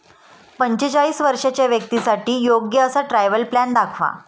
पंचेचाळीस वर्षांच्या व्यक्तींसाठी योग्य असा ट्रॅव्हल प्लॅन दाखवा